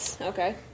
Okay